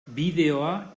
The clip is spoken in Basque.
bideoa